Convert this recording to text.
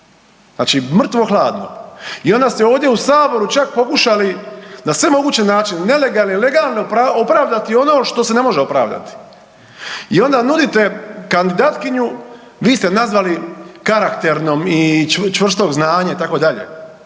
Znači, mrtvo-hladno i onda ste ovdje u Saboru čak pokušali na sve moguće načine nelegalne, legalne opravdati ono što se ne može opravdati i onda nudite kandidatkinju vi ste nazvali karakternom i čvrstog znanja itd. Ja ne